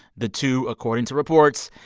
the two, according to reports,